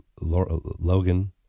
Logan